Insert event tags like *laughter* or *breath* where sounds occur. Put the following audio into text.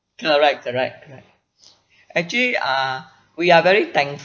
correct correct correct *breath* actually uh we are very thankful